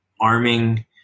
arming